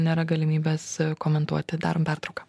nėra galimybės komentuoti darom pertrauką